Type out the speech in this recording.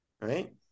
right